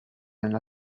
nella